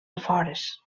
afores